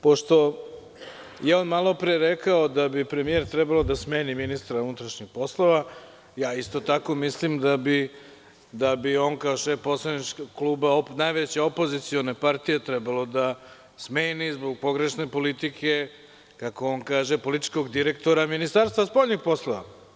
Pošto je on malopre rekao da bi premijer trebao da smeni ministra unutrašnjih poslova, ja isto tako mislim da bi on kao šef poslaničkog kluba najveće opozicione partije trebao da smeni zbog pogrešne politike, kako on kaže, političkog direktora Ministarstva spoljnih poslova.